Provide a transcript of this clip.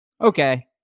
Okay